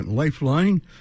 Lifeline